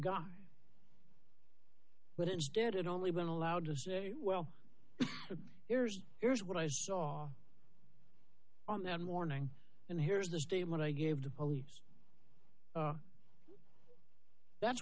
guy but instead it only been allowed to say well here's what i saw on that morning and here's the statement i gave to police that's